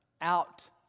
out